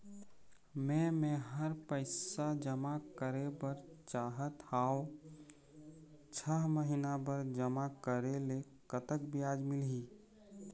मे मेहर पैसा जमा करें बर चाहत हाव, छह महिना बर जमा करे ले कतक ब्याज मिलही?